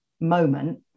moment